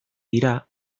dira